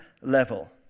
level